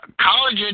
college